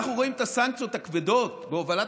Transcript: אנחנו רואים את הסנקציות הכבדות בהובלת